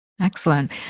Excellent